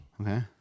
Okay